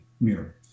mirror